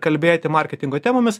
kalbėti marketingo temomis